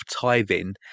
tithing